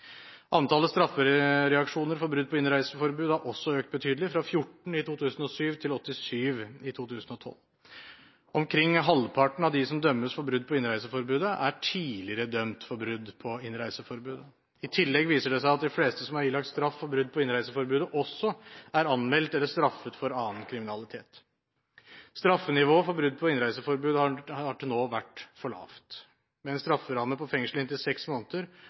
Antallet straffereaksjoner for brudd på innreiseforbudet er også økt betydelig – fra 14 i 2007 til 87 i 2012. Omkring halvparten av dem som dømmes for brudd på innreiseforbudet, er tidligere dømt for brudd på innreiseforbudet. I tillegg viser det seg at de fleste som er ilagt straff for brudd på innreiseforbudet, også er anmeldt eller straffet for annen kriminalitet. Straffenivået for brudd på innreiseforbudet har til nå vært for lavt. Med en strafferamme på fengsel i inntil seks måneder